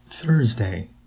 Thursday